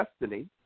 destiny